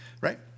Right